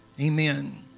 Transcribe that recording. Amen